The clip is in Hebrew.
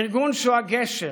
ארגון שהוא הגשר